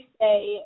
say